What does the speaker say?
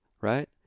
right